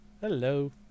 Hello